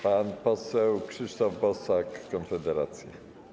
Pan poseł Krzysztof Bosak, Konfederacja.